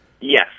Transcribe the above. Yes